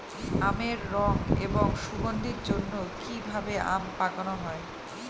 আমের রং এবং সুগন্ধির জন্য কি ভাবে আম পাকানো হয়?